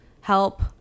help